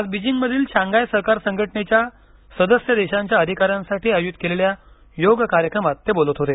आज बीजिंगमधील शांघाय सहकार संघटनेच्या सदस्य देशांच्या अधिका यांसाठी आयोजित केलेल्या योग कार्यक्रमात ते बोलत होते